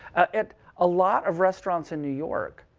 at a lot of restaurants in new york,